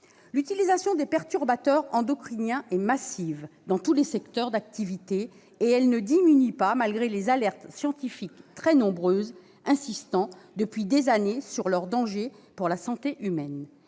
L'utilisation des perturbateurs endocriniens est massive dans tous les secteurs d'activité et elle ne diminue pas malgré les alertes scientifiques très nombreuses insistant depuis des années sur leurs dangers pour la santé humaine.